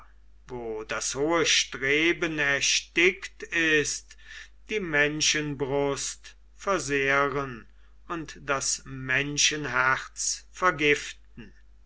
wo das hohe streben erstickt ist die menschenbrust versehren und das menschenherz vergiften